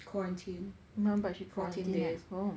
quarantine fourteen days